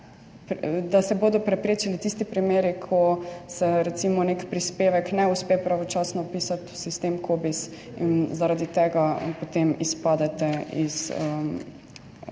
da se bodo preprečili tisti primeri, ko se recimo nek prispevek ne uspe pravočasno vpisati v sistem COBISS in zaradi tega potem izpadete iz